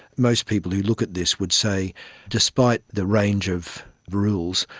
most people who look at this would say despite the range of rules,